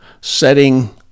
setting